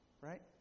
right